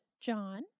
John